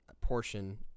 portion